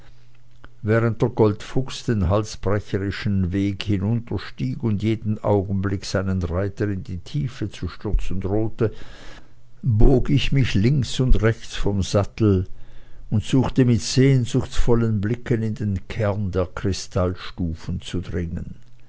während der goldfuchs den halsbrechenden weg hinunterstieg und jeden augenblick seinen reiter in die tiefe zu stürzen drohte bog ich mich links und rechts vom sattel und suchte mit sehnsuchtsvollen blicken in den kern der kristallstufen zu dringen